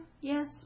Yes